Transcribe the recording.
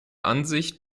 ansicht